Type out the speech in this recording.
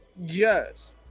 yes